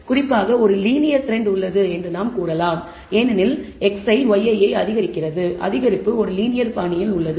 குறிப்பாக ஒரு linear trend உள்ளது என்று நாம் கூறலாம் ஏனெனில் xi yi ஐ அதிகரிக்கிறது அதிகரிப்பு ஒரு லீனியர் பாணியில் உள்ளது